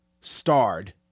starred